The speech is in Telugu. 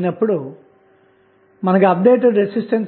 నుండి మనకు లభించే సమీకరణం